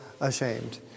ashamed